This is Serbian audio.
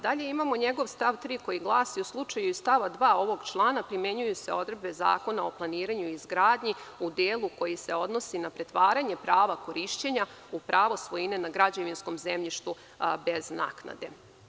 Dalje, imamo njegov stav 3. koji glasi:“ u slučaju stava 2. ovog člana primenjuju se odredbe Zakona o planiranju i izgradnji u delu koji se odnosi na pretvaranje prava korišćenja u pravo svojine na građevinskom zemljištu bez naknade“